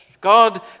God